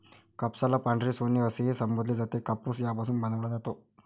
कापसाला पांढरे सोने असेही संबोधले जाते, कापूस यापासून बनवला जातो